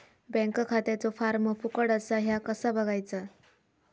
Bank खात्याचो form फुकट असा ह्या कसा बगायचा?